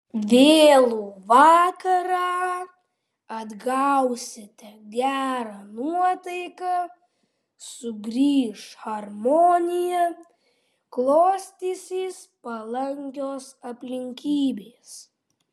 vėlų vakarą atgausite gerą nuotaiką sugrįš harmonija klostysis palankios aplinkybės